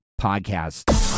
Podcast